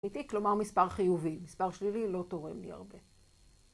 אמיתי כלומר מספר חיובי, מספר שלילי לא תורם לי הרבה